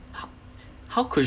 how could